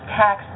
tax